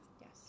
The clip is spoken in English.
yes